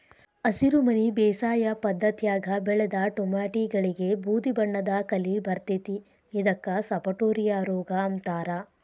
ಹಸಿರುಮನಿ ಬೇಸಾಯ ಪದ್ಧತ್ಯಾಗ ಬೆಳದ ಟೊಮ್ಯಾಟಿಗಳಿಗೆ ಬೂದಿಬಣ್ಣದ ಕಲಿ ಬರ್ತೇತಿ ಇದಕ್ಕ ಸಪಟೋರಿಯಾ ರೋಗ ಅಂತಾರ